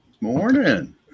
Morning